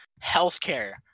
Healthcare